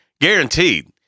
guaranteed